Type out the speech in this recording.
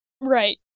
Right